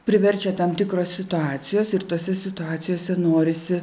priverčia tam tikros situacijos ir tose situacijose norisi